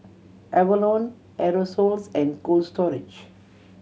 Avalon Aerosoles and Cold Storage